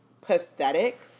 pathetic